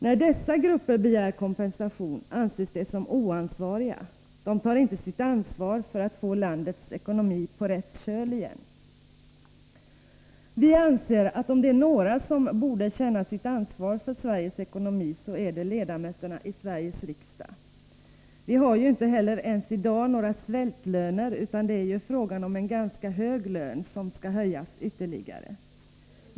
När dessa grupper begär kompensation anses de som oansvariga, de tar inte sitt ansvar för att få landets ekonomi på rätt köl igen. Vi anser att om det är några som borde känna sitt ansvar för Sveriges ekonomi, så är det ledamöterna i Sveriges riksdag. Vi har ju inte heller ens i dag några svältlöner, utan det är ju fråga om en ganska hög lön som skall höjas ytterligare.